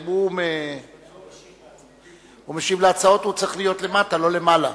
משיב על הצעות האי-אמון והוא צריך להיות למטה ולא למעלה.